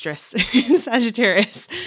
Sagittarius